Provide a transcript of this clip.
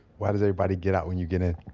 why does everybody get out when you get in?